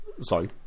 Sorry